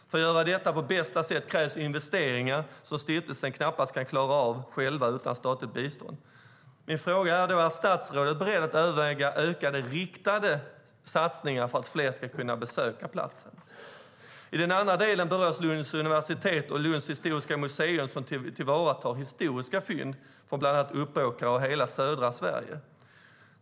För att göra detta på bästa sätt krävs investeringar som stiftelsen knappast kan klara av själv utan statligt bistånd. Min fråga är: Är statsrådet beredd att överväga ökade riktade satsningar för att fler ska kunna besöka platsen? Den andra delen berör Lunds universitet och Lunds historiska museum, som tillvaratar historiska fynd från bland annat Uppåkra och hela södra Sverige.